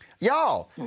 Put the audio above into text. Y'all